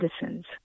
citizens